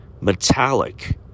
Metallic